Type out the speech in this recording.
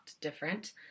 different